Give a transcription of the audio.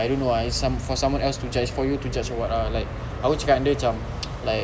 I don't know ah for someone else to judge for you to judge or [what] ah like aku cakap dengan dia cam like